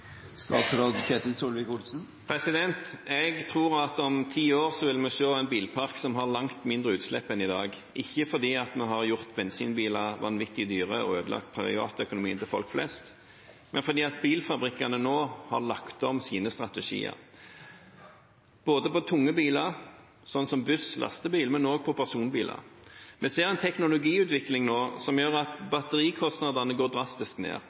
Jeg tror at om ti år vil vi se en bilpark som har langt mindre utslipp enn i dag, ikke fordi vi har gjort bensinbiler vanvittig dyre og ødelagt privatøkonomien til folk flest, men fordi bilfabrikkene har lagt om sine strategier både for tunge biler, som buss og lastebil, og også for personbiler. Vi ser en teknologiutvikling som gjør at batterikostnadene går drastisk ned.